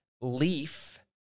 Leaf